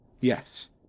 Yes